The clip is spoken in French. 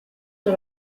sur